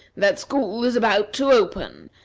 that school is about to open,